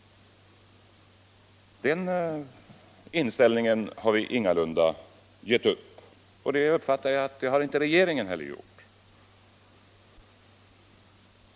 Den inställningen har vi ingalunda gett upp, och det uppfattar jag att inte regeringen heller har gjort.